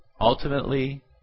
Ultimately